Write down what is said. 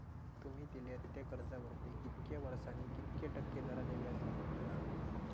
तुमि दिल्यात त्या कर्जावरती कितक्या वर्सानी कितक्या टक्के दराने व्याज लागतला?